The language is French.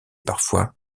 parfois